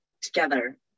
together